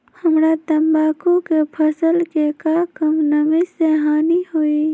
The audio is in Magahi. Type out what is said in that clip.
हमरा तंबाकू के फसल के का कम नमी से हानि होई?